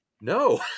no